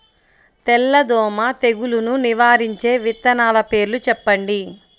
తెల్లదోమ తెగులును నివారించే విత్తనాల పేర్లు చెప్పండి?